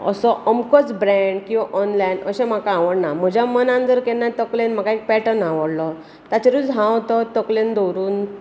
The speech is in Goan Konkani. असो अमकोच ब्रेंड किंवां ऑनलायन अशें म्हाका आवडना म्हज्या मनांत जर केन्नाय तकलेंत म्हाका एक पेटर्न आवडलो ताचेरुच हांव तो तकलेंन दवरून